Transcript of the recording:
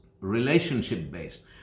relationship-based